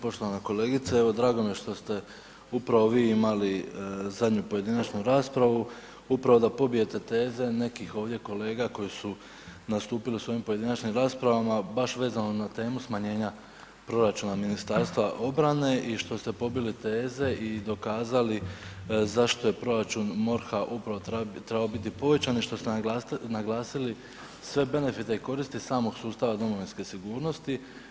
Poštovana kolegice evo drago mi je što ste upravo vi imali zadnju pojedinačnu raspravu, upravo da pobijete teze nekih ovdje kolega koji su nastupili u svojim pojedinačnim raspravama baš vezano na temu smanjenja proračuna Ministarstva obrane i što ste pobili teze i dokazali zašto je proračun MORH-a upravo trebao biti povećan i što ste naglasili sve benefite i koristi samog sustava domovinske sigurnosti.